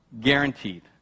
Guaranteed